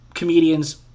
comedians